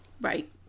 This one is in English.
Right